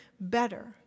better